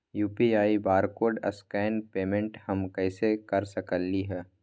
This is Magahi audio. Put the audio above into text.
यू.पी.आई बारकोड स्कैन पेमेंट हम कईसे कर सकली ह?